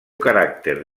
caràcter